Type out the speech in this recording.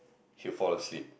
he would fall asleep